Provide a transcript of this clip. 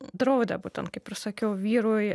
draudė būtent kaip ir sakiau vyrui